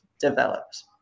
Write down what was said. developed